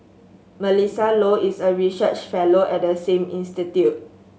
Melissa Low is a research fellow at the same institute